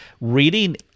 reading